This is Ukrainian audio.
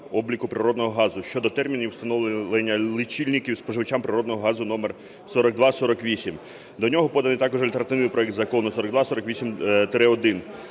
обліку природного газу" щодо термінів встановлення лічильників споживачам природного газу (№4248). До нього поданий також альтернативний проект Закону 4248-1.